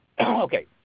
Okay